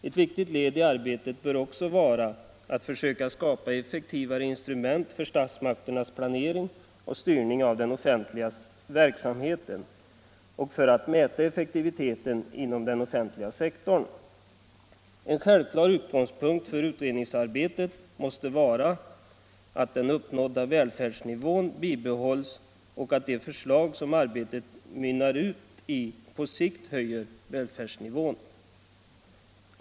Ett viktigt led i arbetet bör också vara att försöka skapa effektivare instrument för statsmakternas planering och styrning av den offentliga verksamheten och för att mäta effektiviteten inom den offentliga sektorn. En självklar utgångspunkt för utredningsarbetet måste vara, att den uppnådda välfärdsnivån bibehålls och att de förslag som arbetet mynnar ut i på sikt höjer välfärdsnivån.